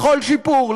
לכל שיפור,